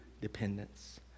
dependence